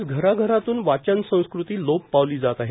आज घरा घरातून वाचन संस्कृती लोप पावली जात आहे